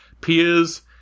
peers